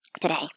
today